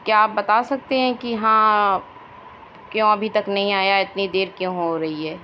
کیا آپ بتا سکتے ہیں کہ ہاں کیوں ابھی تک نہیں آیا اتنی دیر کیوں ہو رہی ہے